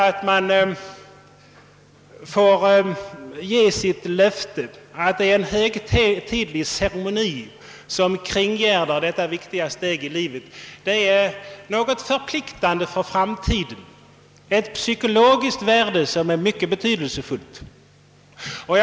Att man får avge ett löfte, att en högtidlig ceremoni kringgärdar detta viktiga steg i livet, verkar förpliktande för framtiden och är av stort psykologiskt värde.